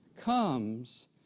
comes